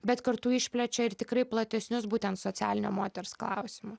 bet kartu išplečia ir tikrai platesnius būten socialinio moters klausimą